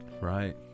right